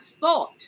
thought